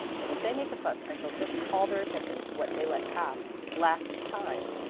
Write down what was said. and if they make a fuss i shall just call their attention to what they let pass last time.